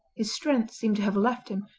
his strength seemed to have left him,